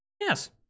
yes